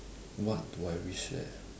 what do I wish eh